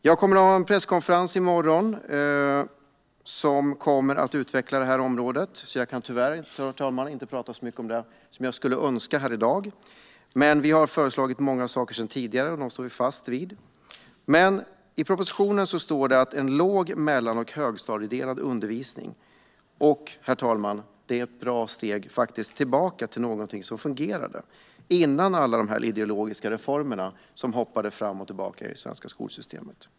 Jag ska ha en presskonferens i morgon där jag kommer att utveckla det här området, så jag kan tyvärr inte prata så mycket om det i dag som jag skulle önska. Men vi har föreslagit många saker tidigare och dem står vi fast vid. I propositionen står det om en låg-, mellan och högstadieindelad undervisning - det är ett bra steg tillbaka till något som fungerade innan alla de ideologiska reformerna som hoppade fram och tillbaka i det svenska skolsystemet.